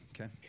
Okay